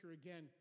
again